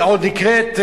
היא עוד נקראת,